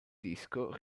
disco